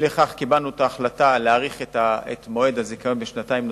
אי לכך קיבלנו את ההחלטה להאריך את מועד הזיכיון בשנתיים נוספות,